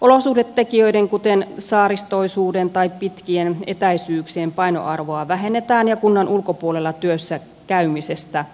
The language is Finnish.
olosuhdetekijöiden kuten saaristoisuuden tai pitkien etäisyyksien painoarvoa vähennetään ja kunnan ulkopuolella työssä käymisestä